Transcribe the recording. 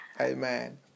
Amen